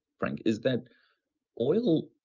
frank, is that oil,